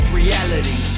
reality